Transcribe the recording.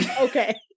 Okay